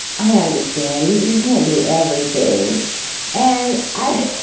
i understand you you can't do everything and i